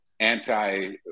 anti